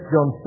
John